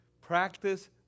Practice